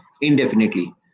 indefinitely